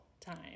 Time